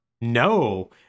No